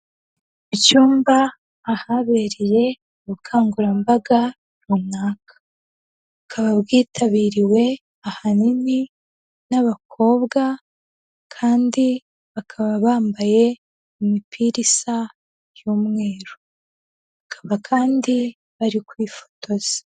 Icyumba ahabereye ubukangurambaga runaka, bukaba bwitabiriwe ahanini n'abakobwa kandi bakaba bambaye imipira isa y'umweru, bakaba kandi bari kwifotoza.